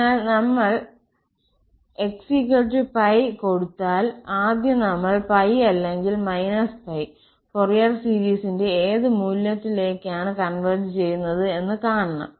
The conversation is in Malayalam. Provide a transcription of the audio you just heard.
അതിനാൽ നമ്മൾ 𝑥π കൊടുത്താൽ ആദ്യം നമ്മൾ 𝜋 അല്ലെങ്കിൽ π ഫൊറിയർ സീരീസിന്റെ ഏത് മൂല്യത്തിലേക്കാണ് കോൺവെർജ് ചെയുന്നത് എന്ന് കാണണം